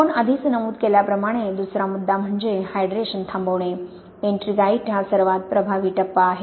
आपण आधीच नमूद केल्याप्रमाणे दुसरा मुद्दा म्हणजे हायड्रेशन थांबवणे एट्रिंगाइट हा सर्वात प्रभावी टप्पा आहे